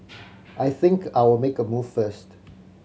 I think I'll make a move first